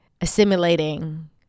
assimilating